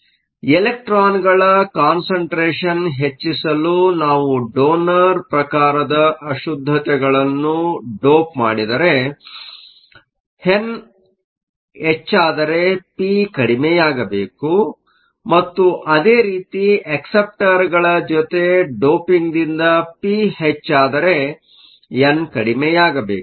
ಆದ್ದರಿಂದ ಎಲೆಕ್ಟ್ರಾನ್ ಗಳ ಕಾನ್ಸಂಟ್ರೇಷನ್ ಹೆಚ್ಚಿಸಲು ನಾವು ಡೋನರ್ ಪ್ರಕಾರದ ಅಶುದ್ದತೆಗಳನ್ನು ಡೋಪ್ ಮಾಡಿದರೆ ಎನ್ ಹೆಚ್ಚಾದರೆ ಪಿ ಕಡಿಮೆಯಾಗಬೇಕು ಮತ್ತು ಅದೇ ರೀತಿ ಅಕ್ಸೆಪ್ಟರ್ಗಳ ಜೊತೆಗೆ ಡೋಪಿಂಗ್ದಿಂದ ಪಿ ಹೆಚ್ಚಾದರೆ ಎನ್ ಕಡಿಮೆಯಾಗಬೇಕು